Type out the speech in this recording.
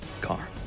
car